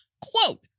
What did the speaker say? quote